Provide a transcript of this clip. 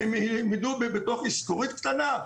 שהם ילמדו בתוך איסכורית קטנה?